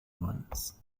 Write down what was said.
ones